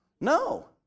No